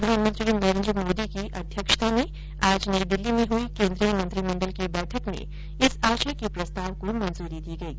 प्रधानमंत्री नरेन्द्र मोदी की अध्यक्षता में आज नई दिल्ली में हुयी केन्द्रीय मंत्रिमंडल की बैठक में इस आशय के प्रस्ताव को मंजूरी दी गयी